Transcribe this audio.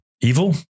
evil